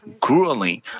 grueling